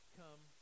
come